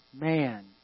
man